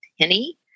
penny